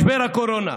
משבר הקורונה,